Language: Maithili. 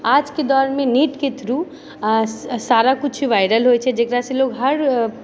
आजके दौरमे नेटके थ्रू साराकुछ वायरल होइछे जेकरासँ लोग हर